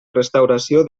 restauració